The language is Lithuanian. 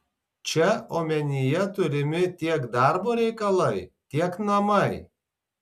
čia omenyje turimi tiek darbo reikalai tiek namai